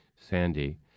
Sandy